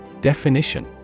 Definition